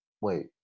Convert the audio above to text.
wait